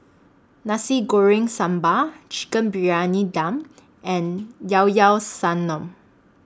Nasi Goreng Sambal Chicken Briyani Dum and Llao Llao Sanum